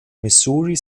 missouri